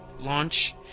launch